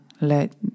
Let